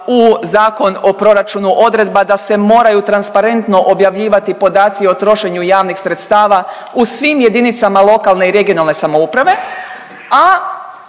u Zakon o proračunu odredba da se moraju transparentno objavljivati podaci o trošenju javnih sredstava u svim jedinicama lokalne i regionalne samouprave,